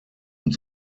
und